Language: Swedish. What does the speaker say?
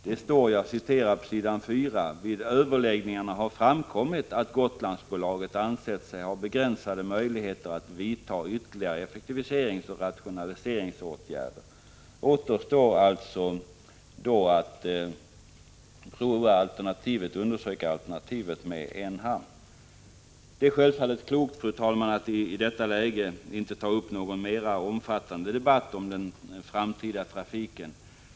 Det står på s. 4: ”Vid överläggningarna har framkommit att Gotlandsbolaget ansett sig ha begränsade möjligheter att vidta ytterligare effektiviseringsoch rationaliseringsåtgärder.” Återstår alltså att undersöka alternativet med en hamn. Det är självfallet klokt, fru talman, att i detta läge inte ta upp någon omfattande debatt om den framtida trafiken.